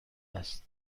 است